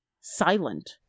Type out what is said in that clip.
silent